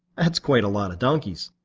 that's quite a lot of donkeys.